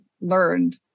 learned